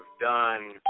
done